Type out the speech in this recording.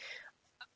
uh